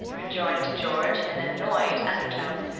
rejoined george in an annoyed undertone.